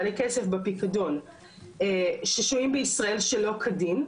בעלי כסף בפיקדון ששוהים בישראל שלא כדין,